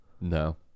No